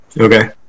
okay